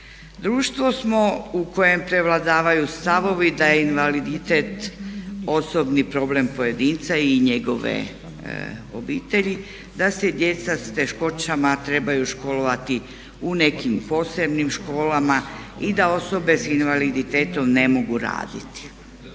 Društvo smo u kojem prevladavaju stavovi da je invaliditet osobni problem pojedinca i njegove obitelji, da se djeca s teškoćama trebaju školovati u nekim posebnim školama i da osobe sa invaliditetom ne mogu raditi.